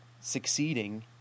succeeding